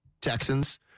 Texans